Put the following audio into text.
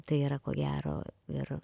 tai yra ko gero ir